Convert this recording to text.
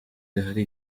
hari